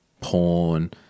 porn